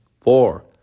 Four